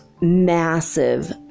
massive